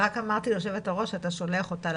רק אמרתי ליו"ר שאתה שולח אותה לממשלה.